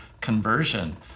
conversion